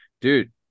Dude